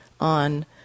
on